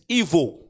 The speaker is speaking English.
evil